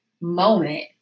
moment